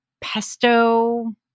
pesto